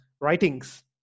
writings